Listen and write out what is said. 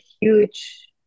huge